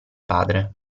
padre